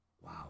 Wow